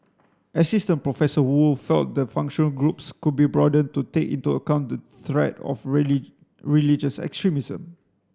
Assistant Professor Woo felt the functional groups could be broadened to take into account the threat of religious extremism